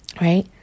right